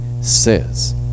says